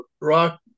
rock